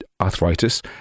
arthritis